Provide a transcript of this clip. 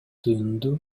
түйүндү